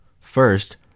First